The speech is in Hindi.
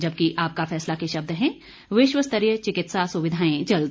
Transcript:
जबकि आपका फैसला के शब्द हैं विश्व स्तरीय चिकित्सा सुविधाएं जल्द